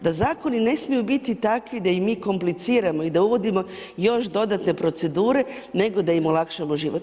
Da zakoni ne smiju biti takvi, da im mi kompliciramo i da im uvodimo još dodatne procedure, nego da im olakšamo život.